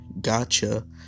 gotcha